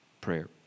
prayer